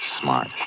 Smart